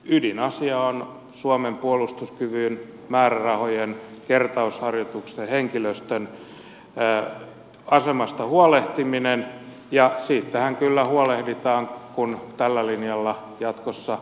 ydinasia on suomen puolustuskyvyn määrärahojen kertausharjoitusten ja henkilöstön asemasta huolehtiminen ja siitähän kyllä huolehditaan kun tällä linjalla jatkossa vahvistutaan